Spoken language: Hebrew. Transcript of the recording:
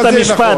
מה זה נכון?